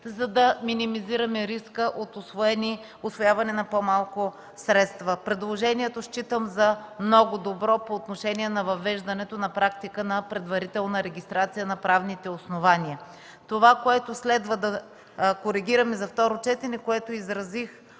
за да минимизираме риска от усвояване на по-малко средства. Считам предложението по отношение на въвеждането на практика на предварителна регистрация на правните основания за много добро. Това, което следва да коригираме за второ четене, което изразих